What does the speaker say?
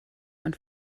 von